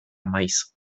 maiz